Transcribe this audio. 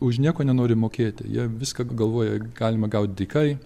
už nieko nenori mokėti jie viską galvoja galima gaut dykai